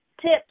tips